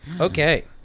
Okay